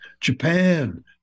Japan